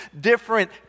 different